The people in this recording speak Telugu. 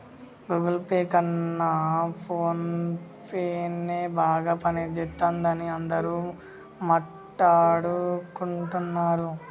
గుగుల్ పే కన్నా ఫోన్పేనే బాగా పనిజేత్తందని అందరూ మాట్టాడుకుంటన్నరు